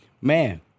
man